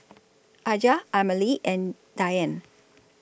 Aja Amalie and Dianne